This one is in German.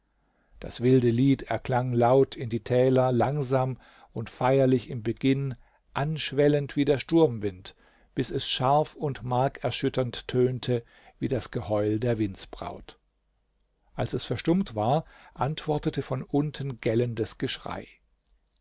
das wilde lied erklang laut in die täler langsam und feierlich im beginn anschwellend wie der sturmwind bis es scharf und markerschütternd tönte wie das geheul der windsbraut als es verstummt war antwortete von unten gellendes geschrei